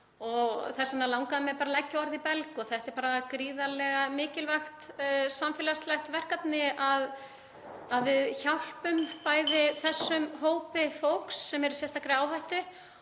Þess vegna langaði mig að leggja orð í belg. Það er gríðarlega mikilvægt samfélagslegt verkefni að við hjálpum bæði þessum hópi fólks sem er í sérstakri áhættu